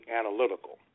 analytical